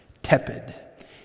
tepid